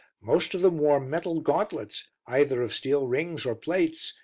most of them wore metal gauntlets, either of steel rings or plates,